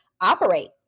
operate